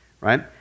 right